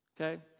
Okay